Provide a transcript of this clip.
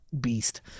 beast